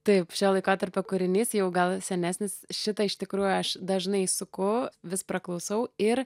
taip šio laikotarpio kūrinys jau gal senesnis šitą iš tikrųjų aš dažnai suku vis praklausau ir